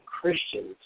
Christians